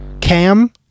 Cam